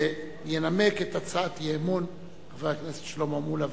ינמק את הצעת האי-אמון חבר הכנסת שלמה מולה.